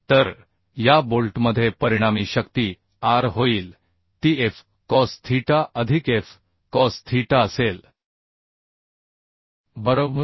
तर या बोल्टमध्ये परिणामी शक्ती आर होईल ती एफ कॉस थीटा अधिक एफ कॉस थीटा असेल बरोबर